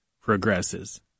progresses